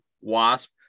wasp